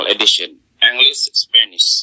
English-Spanish